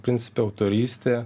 principe autorystė